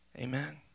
Amen